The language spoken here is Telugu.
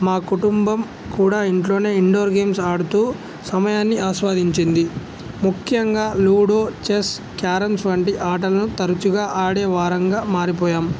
మా కుటుంబం కూడా ఇంట్లోనే ఇండోర్ గేమ్స్ ఆడుతూ సమయాన్ని ఆస్వాదించింది ముఖ్యంగా లూడో చెస్ క్యారమ్స్ వంటి ఆటలను తరచుగా ఆడే వాళ్ళంగా మారిపోయాం